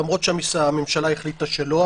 למרות שהממשלה החליטה שלא,